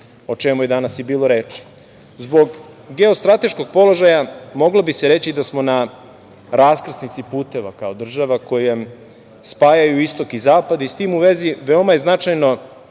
o čemu je danas i bilo reči. Zbog geostrateškog položaja, moglo bi se reći da smo na raskrsnici puteva koje spajaju istok i zapad, i s tim u vezi veoma je značajno